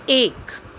एक